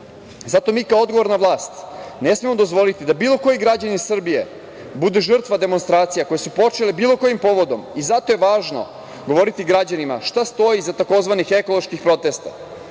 mi, kao odgovorna vlast, ne smemo dozvoliti da bilo koji građanin Srbije bude žrtva demonstracija, koje su počele bilo kojim povodom i zato je važno govoriti građanima šta stoji iza takozvanih ekoloških protesta.